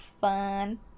fun